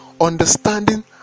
Understanding